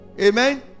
amen